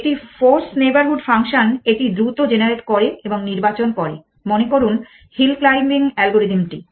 একটি force neighbourhood function এটি দ্রুত জেনারেট করে এবং নির্বাচন করে মনে করুন হিল ক্লাইম্বিং অ্যালগোরিদম টি